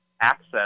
access